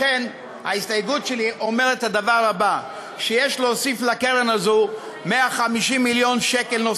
לכן ההסתייגות שלי אומרת שיש להוסיף לקרן הזאת 75 מיליון שקל,